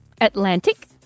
Atlantic